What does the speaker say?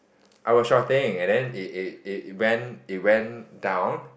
I was shorting and then it it it it went it went down